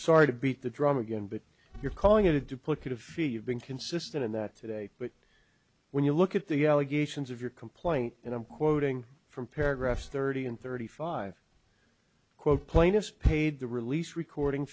sorry to beat the drum again but you're calling it a duplicate of you've been consistent in that today but when you look at the allegations of your complaint and i'm quoting from paragraphs thirty and thirty five quote plaintiff paid the release recording